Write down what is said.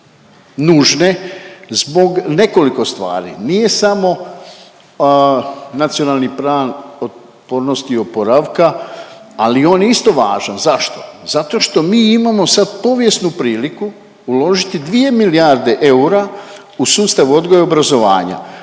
nužne zbog nekoliko stvari, nije samo NPOO, ali i on je isto važan. Zašto? Zato što mi imamo sad povijesnu priliku uložiti 2 milijarde eura u sustav odgoja i obrazovanja,